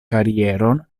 karieron